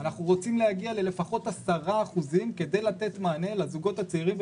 אנחנו רוצים להגיע ללפחות 10 אחוזים כדי לתת מענה לזוגות הצעירים,